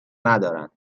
ندارن